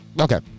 okay